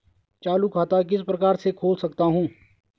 चालू खाता किस प्रकार से खोल सकता हूँ?